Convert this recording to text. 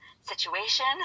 situation